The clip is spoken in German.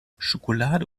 schokolade